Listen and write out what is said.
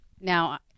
Now